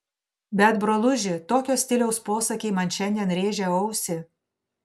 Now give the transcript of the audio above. bet broluži tokio stiliaus posakiai man šiandien rėžia ausį